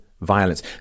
Violence